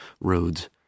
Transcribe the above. roads